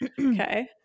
Okay